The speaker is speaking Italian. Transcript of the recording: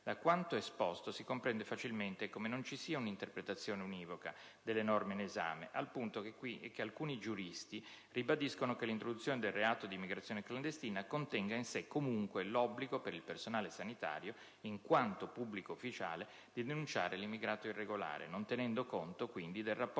da quanto esposto si comprende facilmente come non ci sia un'interpretazione univoca delle norme in esame, al punto che alcuni giuristi ribadiscono che l'introduzione del reato di immigrazione clandestina contenga in sé comunque l'obbligo per il personale sanitario, in quanto pubblico ufficiale, di denunciare l'immigrato irregolare, non tenendo conto quindi del rapporto